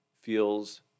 feels